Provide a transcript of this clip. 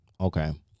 okay